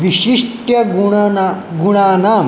विशिष्ट गुणना गुणानाम्